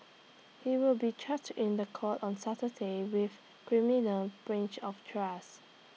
he will be charged in The Court on Saturday with criminal breach of trust